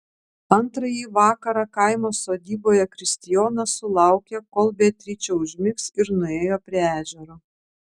antrąjį vakarą kaimo sodyboje kristijonas sulaukė kol beatričė užmigs ir nuėjo prie ežero